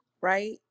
right